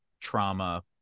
trauma